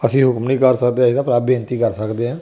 ਅਸੀਂ ਹੁਕਮ ਨਹੀਂ ਕਰ ਸਕਦੇ ਅਸੀਂ ਤਾਂ ਭਰਾ ਬੇਨਤੀ ਕਰ ਸਕਦੇ ਹਾਂ